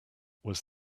was